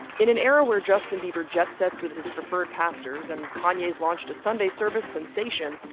in an era where justin bieber jet sets with his preferred pastors and kanye's launched a sunday service sensation,